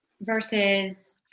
versus